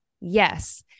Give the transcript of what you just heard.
Yes